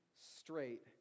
straight